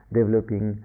developing